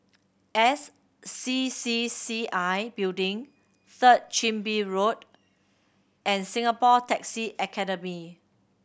S C C C I Building Third Chin Bee Road and Singapore Taxi Academy